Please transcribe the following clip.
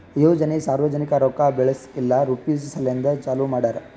ಯೋಜನೆ ಸಾರ್ವಜನಿಕ ರೊಕ್ಕಾ ಬೆಳೆಸ್ ಇಲ್ಲಾ ರುಪೀಜ್ ಸಲೆಂದ್ ಚಾಲೂ ಮಾಡ್ಯಾರ್